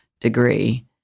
degree